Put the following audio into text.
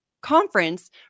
conference